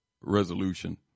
resolution